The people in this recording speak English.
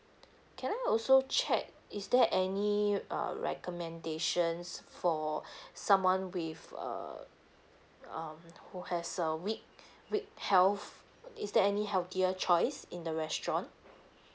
can I also check is there any uh recommendations for someone with err um who has a weak weak health is there any healthier choice in the restaurant